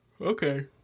Okay